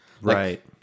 Right